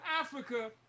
africa